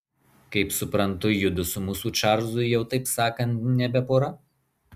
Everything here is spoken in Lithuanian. kaip suprantu judu su mūsų čarlzu jau taip sakant nebe pora